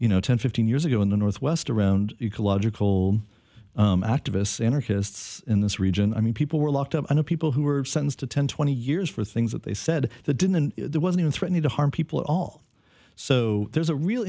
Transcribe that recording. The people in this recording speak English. you know ten fifteen years ago in the northwest around ecological activists enter his in this region i mean people were locked up in a people who were sentenced to ten twenty years for things that they said that didn't and there wasn't threatening to harm people at all so there's a real